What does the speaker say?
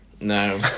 no